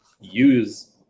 use